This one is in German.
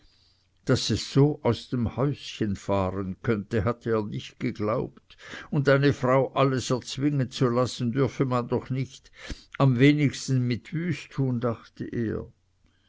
daß es so aus dem häuschen fahren könnte hatte er gar nicht geglaubt und eine frau alles erzwingen lassen dürfe man doch nicht am wenigsten mit wüsttun dachte er